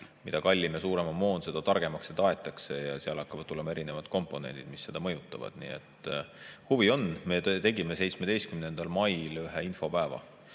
mida kallim ja suurem on moon, seda targemaks ta aetakse ja seal hakkavad tulema erinevad komponendid, mis seda mõjutavad. Huvi on. Me tegime 17. mail ühe infopäeva